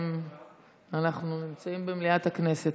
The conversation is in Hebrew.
אנחנו נמצאים במליאת הכנסת.